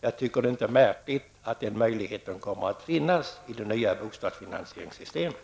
Det är inte märkligt att den möjligheten kommer att finnas inom ramen för det nya bostadsfinansieringssystemet.